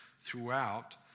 throughout